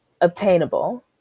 obtainable